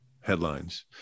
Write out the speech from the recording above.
headlines